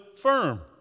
firm